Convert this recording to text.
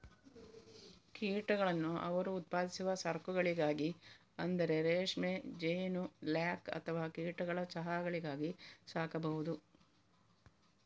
ಕೀಟಗಳನ್ನು ಅವರು ಉತ್ಪಾದಿಸುವ ಸರಕುಗಳಿಗಾಗಿ ಅಂದರೆ ರೇಷ್ಮೆ, ಜೇನು, ಲ್ಯಾಕ್ ಅಥವಾ ಕೀಟಗಳ ಚಹಾಗಳಿಗಾಗಿ ಸಾಕಬಹುದು